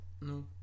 No